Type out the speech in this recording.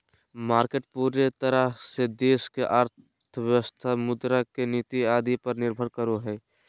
market पूरे तरह से देश की अर्थव्यवस्था मुद्रा के नीति आदि पर निर्भर करो हइ